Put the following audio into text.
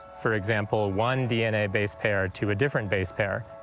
for example, one dna base pair to a different base pair.